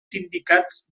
sindicats